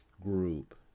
group